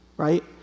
Right